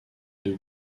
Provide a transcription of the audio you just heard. deux